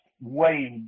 wage